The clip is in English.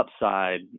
upside